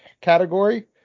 category